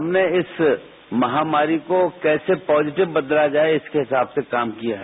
हमने इस महामारी को कैसे पॉजीटिव बदला जाए इसके हिसाब से काम किया है